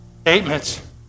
statements